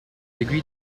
degree